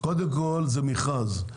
קודם כל זה מכרז,